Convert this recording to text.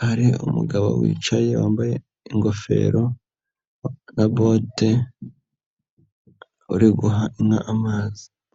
hari umugabo wicaye wambaye ingofero na bote uri guha inka amazi.